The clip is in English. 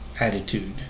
attitude